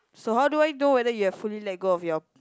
so how do I know whether you have fully let go of your